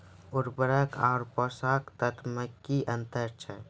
उर्वरक आर पोसक तत्व मे की अन्तर छै?